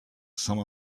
some